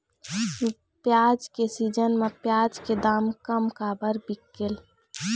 प्याज के सीजन म प्याज के दाम कम काबर बिकेल?